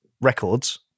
records